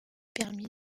permis